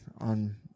on